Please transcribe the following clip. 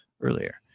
earlier